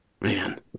man